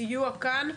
סיוע כאן,